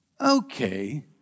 Okay